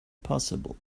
possible